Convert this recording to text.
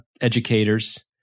educators